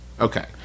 Okay